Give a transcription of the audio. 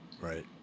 right